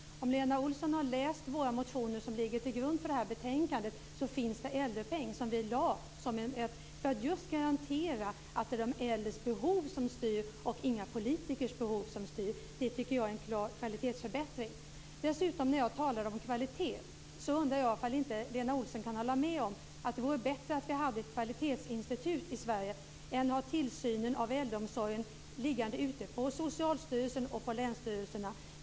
Lena Olsson har kanske läst de av våra motioner som ligger till grund för det här betänkandet. Där finns det med en äldrepeng just för att garantera att det som styr är de äldres behov, inte politikers behov. Det tycker jag är en klar kvalitetsförbättring. När jag talar om kvaliteten undrar jag ifall inte Lena Olsson kan hålla med om att det vore bättre att vi hade ett kvalitetsinstitut i Sverige än ha tillsynen av äldreomsorgen liggande hos Socialstyrelsen och länsstyrelserna.